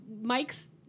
Mike's